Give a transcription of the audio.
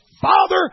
Father